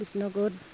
it's no good.